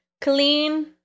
clean